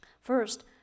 First